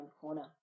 corner